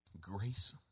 grace